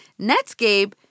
Netscape